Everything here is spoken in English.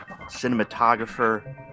cinematographer